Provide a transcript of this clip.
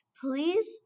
please